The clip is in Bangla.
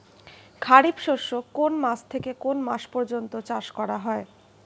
খারিফ শস্য কোন মাস থেকে কোন মাস পর্যন্ত চাষ করা হয়?